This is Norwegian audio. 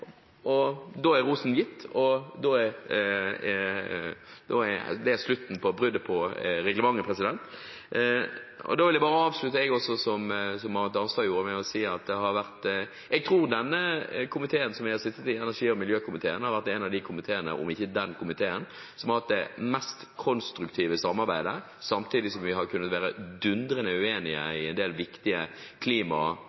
og da er det slutt på reglementsbruddet. Også jeg vil avslutte slik Marit Arnstad gjorde, ved å si at jeg tror denne komiteen som vi har sittet i, energi- og miljøkomiteen, har vært en av de komiteene – om ikke den komiteen – som har hatt det mest konstruktive samarbeidet, samtidig som vi har kunnet være dundrende